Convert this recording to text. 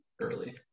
early